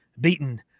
beaten